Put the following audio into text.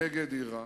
נגד אירן,